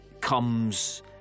comes